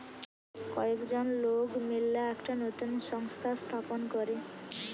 কয়েকজন লোক মিললা একটা নতুন সংস্থা স্থাপন করে